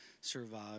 survive